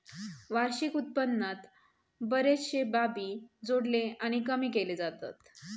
वार्षिक उत्पन्नात बरेचशे बाबी जोडले आणि कमी केले जातत